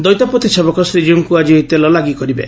ଦୈତାପତୀ ସେବକ ଶ୍ରୀକୀଉଙ୍କୁ ଆଜି ଏହି ତେଲ ଲାଗି କରିବେ